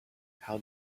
how